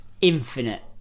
infinite